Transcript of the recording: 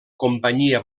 companyia